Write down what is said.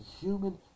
human